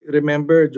remember